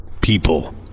people